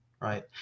right